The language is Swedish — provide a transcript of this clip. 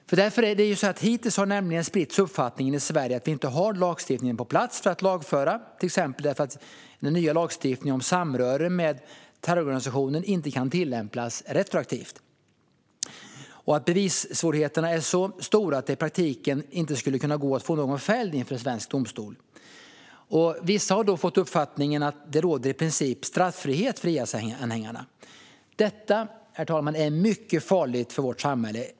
Hittills har det varit en spridd uppfattning att vi i Sverige inte har lagstiftning på plats för att lagföra dessa personer, bland annat för att den nya lagen om samröre med terrororganisationer inte kan tillämpas retroaktivt och för att bevissvårigheterna är så stora att det i praktiken inte skulle gå att få någon fälld i svensk domstol. Vissa har då fått uppfattningen att det i princip råder straffrihet för IS-anhängarna. Detta, herr talman, är mycket farligt för vårt samhälle.